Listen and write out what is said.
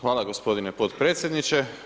Hvala gospodine potpredsjedniče.